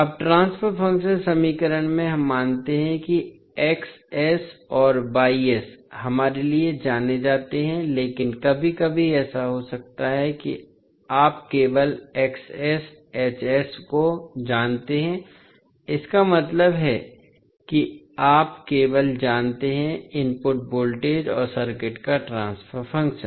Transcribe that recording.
अब transfer function समीकरण में हम मानते हैं कि और हमारे लिए जाने जाते हैं लेकिन कभी कभी ऐसा हो सकता है कि आप केवल को जानते हैं इसका मतलब है कि आप केवल जानते हैं इनपुट वोल्टेज और सर्किट का ट्रांसफर फंक्शन